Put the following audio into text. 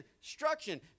instruction